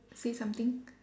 say something